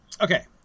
Okay